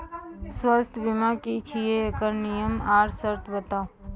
स्वास्थ्य बीमा की छियै? एकरऽ नियम आर सर्त बताऊ?